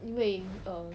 因为 err